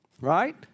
Right